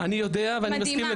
מדהימה.